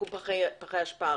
פחי אשפה.